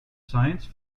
science